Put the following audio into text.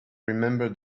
remember